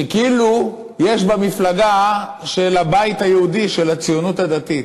שכאילו יש בה מפלגה של הציונות הדתית,